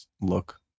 look